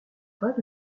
pas